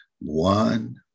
one